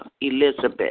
Elizabeth